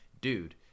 dude